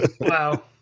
Wow